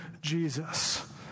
Jesus